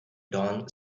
dawn